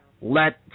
let